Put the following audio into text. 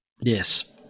yes